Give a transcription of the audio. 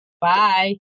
Bye